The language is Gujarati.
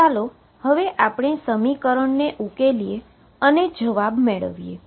તો ચાલો હવે આપણે સમીકરણને ઉકેલીએ અને જવાબ મેળવીએ